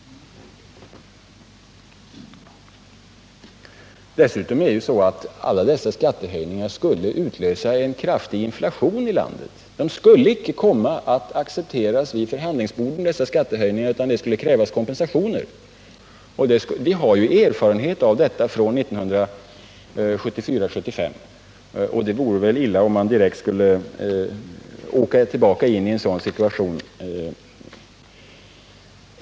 Dessutom skulle alla dessa skattehöjningar utlösa en kraftig inflation i landet. Skattehöjningarna skulle icke accepteras vid förhandlingsborden, utan det skulle krävas kompensationer. Vi har erfarenhet av detta från 1974 och 1975, och det vore väl illa om vi direkt skulle åka tillbaka in i en sådan situation.